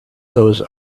those